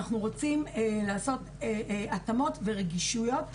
אנחנו רוצים לעשות התאמות ורגישויות על